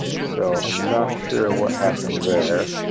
so i'm not sure what happened there,